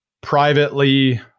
privately